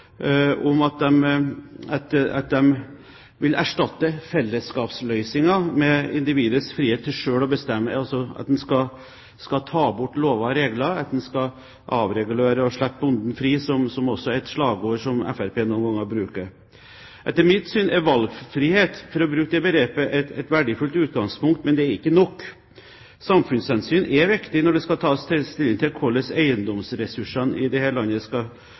om at de vil erstatte fellesskapsløsninger med individets frihet til selv å bestemme – altså at en skal ta bort lover og regler, at en skal avregulere og «slippe bonden fri», som er et slagord som Fremskrittspartiet noen ganger bruker. Etter mitt syn er valgfrihet, for å bruke det begrepet, et verdifullt utgangspunkt. Men det er ikke nok. Samfunnshensyn er viktig når det skal tas stilling til hvordan eiendomsressursene i dette landet skal